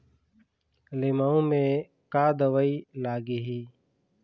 लिमाऊ मे का दवई लागिही?